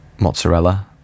mozzarella